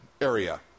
area